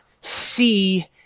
see